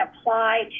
apply